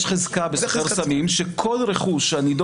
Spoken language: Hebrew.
יש חזקה בעבירת סמים שכל רכוש שהנדון